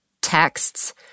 texts